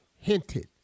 hinted